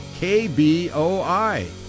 KBOI